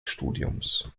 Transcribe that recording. studiums